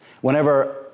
Whenever